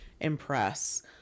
impress